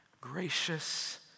gracious